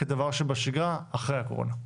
כדבר שבשגרה אחרי הקורונה?